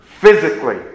physically